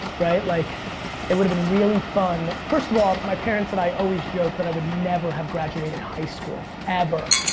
right, like it would've been really fun. first of all, my parents and i always joke that i would never have graduated high school, ever.